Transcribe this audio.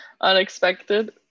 unexpected